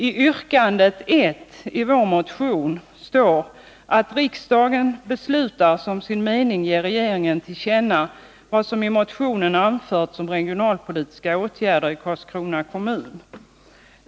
I yrkande 1 i vår motion står ”att riksdagen beslutar som sin mening ge regeringen till känna vad som i motionen anförts om regionalpolitiska åtgärder i Karlskrona kommun”.